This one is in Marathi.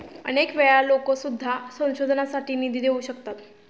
अनेक वेळा लोकं सुद्धा संशोधनासाठी निधी देऊ शकतात